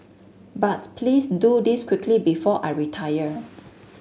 but please do this quickly before I retire